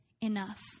enough